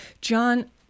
John